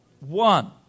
One